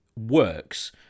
Works